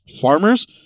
Farmers